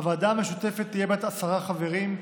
הוועדה המשותפת תהיה בת עשרה חברים,